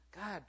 God